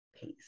Peace